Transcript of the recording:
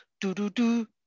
do-do-do